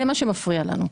זה מה שמפריע לנו.